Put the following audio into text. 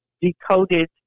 decoded